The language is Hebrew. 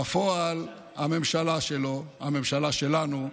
בפועל, הממשלה שלו, הממשלה שלנו,